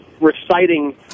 Reciting